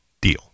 deal